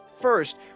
First